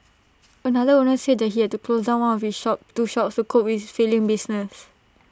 another owner said that he had to close down one of his shop two shops to cope with his failing business